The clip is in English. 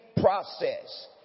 process